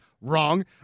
Wrong